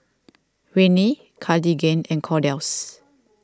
Rene Cartigain and Kordel's